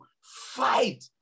fight